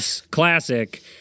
classic